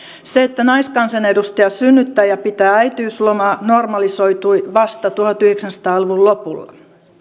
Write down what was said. se että naiskansanedustaja synnyttää ja pitää äitiyslomaa normalisoitui vasta tuhatyhdeksänsataa luvun lopulla